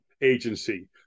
agency